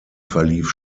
verlief